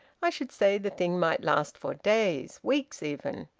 i should say the thing might last for days weeks even.